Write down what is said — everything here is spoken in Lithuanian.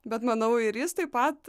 bet manau ir jis taip pat